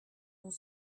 nos